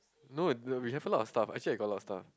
no the we have a lot of stuff actually I got a lot of stuff